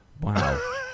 Wow